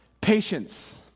Patience